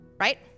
Right